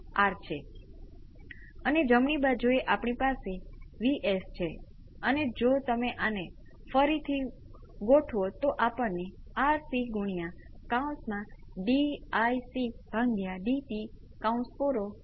તેથી હું આ એક માટે કરું છું અને હું તે એક માટે કરું છું અને તમને ફોર્સ રિસ્પોન્સ મળે તે માટે પરિણામ ઉમેરી શકું છું